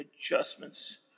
adjustments